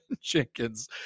Jenkins